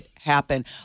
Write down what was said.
happen